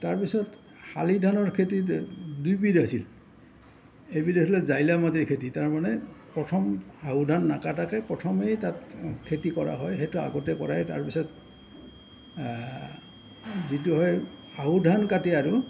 তাৰ পিছত শালি ধানৰ খেতিত দুইবিধ আছিল এবিধ আছিলে জাইলা মাটিৰ খেতি তাৰমানে প্ৰথম আহু ধান নাকাটাকে প্ৰথমেই তাত খেতি কৰা হয় সেইটো আগতে কৰে তাৰ পিছত যিটো হয় আহু ধান কাটি আৰু